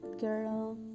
girl